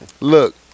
Look